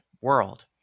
world